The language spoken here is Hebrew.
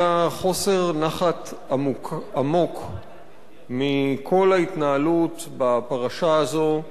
חוסר נחת עמוק מכל ההתנהלות בפרשה הזאת.